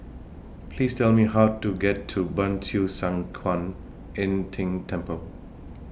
Please Tell Me How to get to Ban Siew San Kuan Im Tng Temple